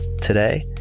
Today